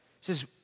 says